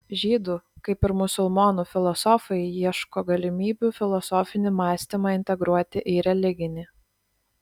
žydų kaip ir musulmonų filosofai ieško galimybių filosofinį mąstymą integruoti į religinį